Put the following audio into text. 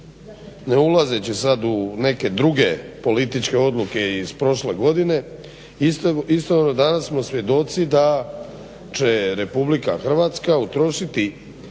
ne ulazeći sad u neke druge političke odluke iz prošle godine, istovremeno danas smo svjedoci da će RH utrošiti